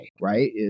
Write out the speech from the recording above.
right